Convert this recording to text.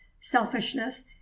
selfishness